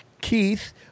Keith